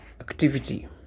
activity